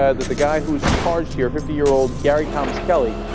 ah that the guy who's charged here fifty-year-old gary thomas kelly